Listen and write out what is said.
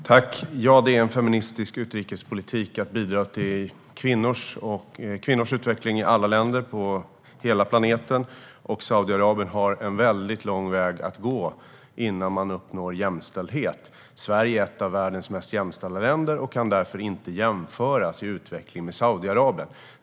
Herr talman! Ja, det är en feministisk utrikespolitik att bidra till kvinnors utveckling i alla länder på hela planeten, och Saudiarabien har en väldigt lång väg att gå innan man uppnår jämställdhet. Sverige är ett av världens mest jämställda länder och kan därför inte jämföras med Saudiarabien när det gäller utveckling.